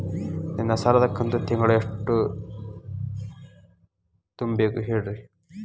ನನ್ನ ಸಾಲದ ಕಂತು ತಿಂಗಳ ಎಷ್ಟ ತುಂಬಬೇಕು ಹೇಳ್ರಿ?